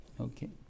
Okay